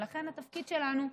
ולכן התפקיד שלנו הוא,